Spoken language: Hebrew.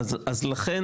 לכן,